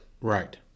Right